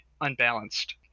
unbalanced